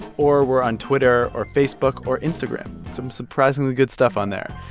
or we're on twitter or facebook or instagram. some surprisingly good stuff on there.